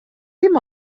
dim